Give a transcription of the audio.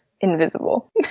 invisible